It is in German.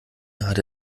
hatte